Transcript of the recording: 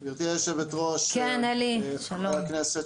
גברתי יושבת הראש וחברי הכנסת.